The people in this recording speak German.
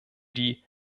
die